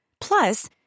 Plus